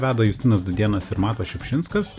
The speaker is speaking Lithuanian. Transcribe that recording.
veda justinas dudėnas ir matas šiupšinskas